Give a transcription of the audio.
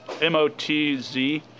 M-O-T-Z